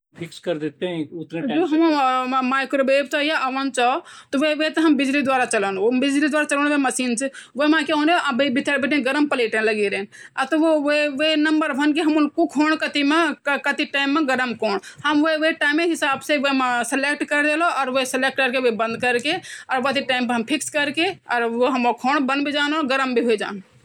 कछुवा जो चीन ये पाणी माँ भी रेंदा समुद्र माँ भी रेंदा नदी माँ भी रेंदा ये सब जगह रेन्ड धरती माँ भी रेन्ड यो और ये ये खास विसेसता यु ची की यु जन कखि लगे क्वे खतरा ची तह ये अफ गर्दन अफ भीतर डाली दंड और वे पर यो कवच जन होन्दु जो पथरर बन जांदू और वे पर क्वे नुक्सान नई होन्दु |